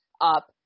up